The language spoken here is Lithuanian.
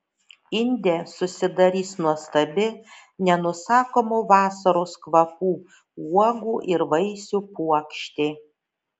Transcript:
inde susidarys nuostabi nenusakomo vasaros kvapų uogų ir vaisių puokštė